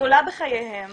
הגדולה בחייהם